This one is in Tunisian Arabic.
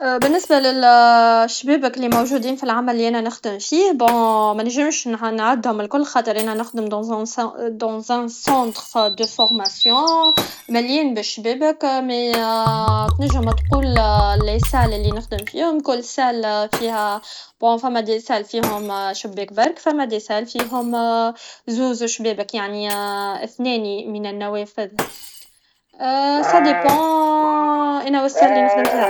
بالنسبه للشبابك في العمل لي انا نخدم فيه بون منجمش نعدهم الكل خاطر انا نخدم دان ان سونخ دو فوغماسيون مليان بالشبابك مي تنجم تقول لي سال لي نخدم فيهم ثمه دي سال فيهم شباك برك ثم دي سال فيهم زوج شبابك يعني اثنان من النوافذ سادسبون لاصال لي نخدم فيها